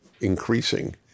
increasing